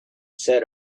said